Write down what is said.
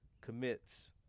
commits